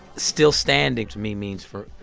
still standing to me means for